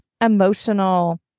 emotional